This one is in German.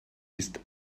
ist